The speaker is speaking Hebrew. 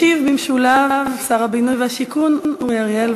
ישיב במשולב שר הבינוי והשיכון אורי אריאל.